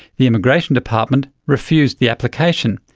the immigration department refused the application,